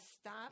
stop